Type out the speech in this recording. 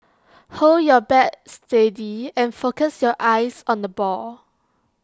hold your bat steady and focus your eyes on the ball